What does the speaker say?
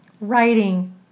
writing